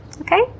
Okay